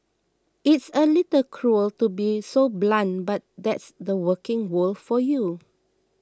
it's a little cruel to be so blunt but that's the working world for you